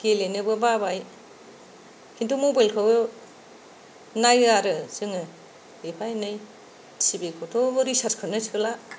गेलेनोबो बाबाय किनथु मबाइल खौ नायो आरो जोंङो एफा एनै टिभि खौथ' रिसार्ज खौनो सोला